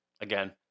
Again